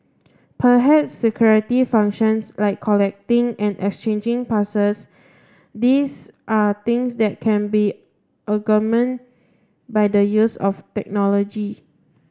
perhaps security functions like collecting and exchanging passes these are things that can be augment by the use of technology